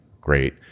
Great